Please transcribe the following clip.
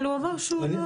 אבל הוא אמר שהוא לא,